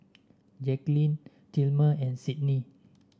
Jaquelin Tilman and Sydni